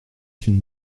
une